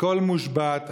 הכול מושבת,